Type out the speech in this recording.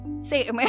say